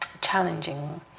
challenging